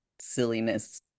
silliness